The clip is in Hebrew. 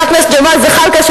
חבר הכנסת ג'מאל זחאלקה,